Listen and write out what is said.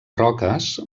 roques